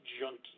junkie